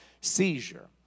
seizure